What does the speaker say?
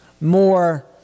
more